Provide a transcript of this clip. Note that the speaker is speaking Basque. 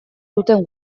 duten